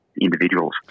individuals